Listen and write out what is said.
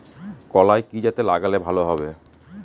কলাই কি জাতে লাগালে ভালো হবে?